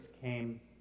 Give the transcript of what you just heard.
came